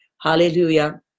Hallelujah